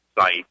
site